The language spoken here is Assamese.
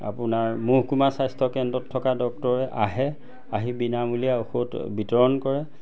আপোনাৰ মহকুমা স্বাস্থ্যকেন্দ্ৰত থকা ডক্টৰে আহে আহি বিনামূলীয়া ঔষধ বিতৰণ কৰে